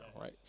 right